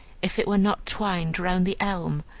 if it were not twined round the elm,